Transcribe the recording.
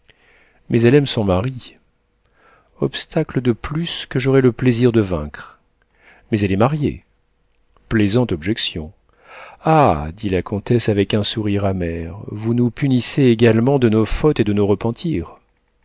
mais elle aime son mari obstacle de plus que j'aurai le plaisir de vaincre mais elle est mariée plaisante objection ah dit la comtesse avec un sourire amer vous nous punissez également de nos fautes et de nos repentirs